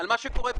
על מה שקורה בעולם.